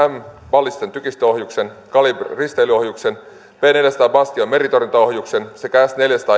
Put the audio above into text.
ballistisen tykistöohjuksen kalibr risteilyohjuksen p neljänsadan bastion meritorjuntaohjuksen sekä s neljäsataa